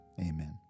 amen